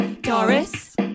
Doris